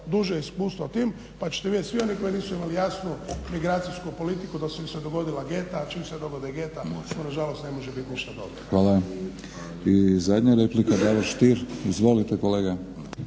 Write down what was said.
(HNS)** I zadnja replika Davor Stier. Izvolite kolega.